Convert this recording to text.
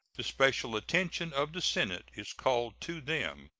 the special attention of the senate is called to them.